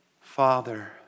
Father